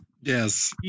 Yes